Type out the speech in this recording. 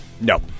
No